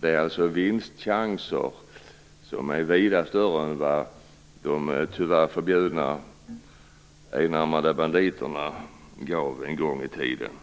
Det är alltså vinstchanser som är vida större än vad de tyvärr förbjudna enarmade banditerna en gång tiden gav.